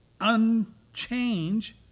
unchange